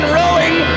rowing